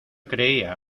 creía